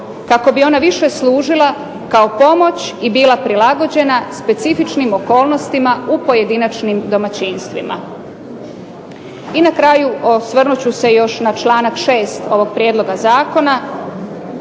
kako bi ona više služila kao pomoć i bila prilagođena specifičnim okolnostima u pojedinačnim domaćinstvima. I na kraju osvrnut ću se još na članak 6. ovog prijedloga zakona,